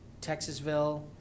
Texasville